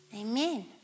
Amen